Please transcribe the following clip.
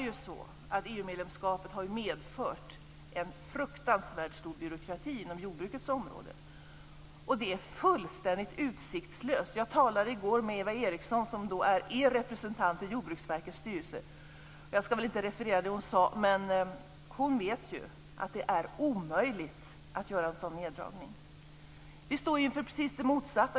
EU medlemskapet har ju medfört en fruktansvärt stor byråkrati inom jordbrukets område. Det är fullständigt utsiktslöst med en neddragning. Jag talade i går med Eva Eriksson, som är er representant i Jordbruksverkets styrelse. Jag ska inte referera vad hon sade, men hon vet att det är omöjligt att göra en sådan neddragning. Vi står inför precis det motsatta.